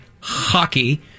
hockey